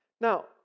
Now